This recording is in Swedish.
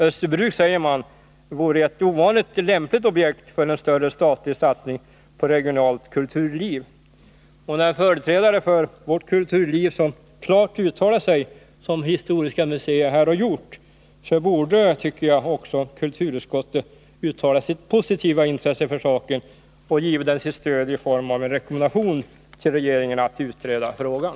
Österbybruk vore ett ovanligt lämpligt objekt för en större statlig satsning på regionalt kulturliv.” När företrädare för vårt kulturliv — som Historiska museet — klart uttalar sig på detta sätt, borde också kulturutskottet ha uttalat sitt positiva intresse för saken och givit den sitt stöd i form av en rekommendation till regeringen att utreda frågan.